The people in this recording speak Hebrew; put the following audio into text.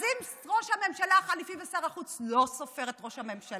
אז אם ראש הממשלה החליפי ושר החוץ לא סופר את ראש הממשלה,